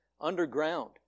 underground